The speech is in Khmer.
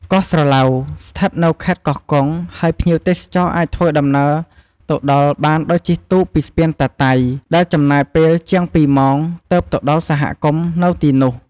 កោះស្រឡៅ ស្ថិតនៅខេត្តកោះកុង ហើយភ្ញៀវទេសចរអាចធ្វើដំណើរទៅដល់បានដោយជិះទូកពីស្ពានតាតៃ ដែលចំណាយពេលជាង ២ ម៉ោង ទើបទៅដល់សហគមន៍នៅទីនោះ។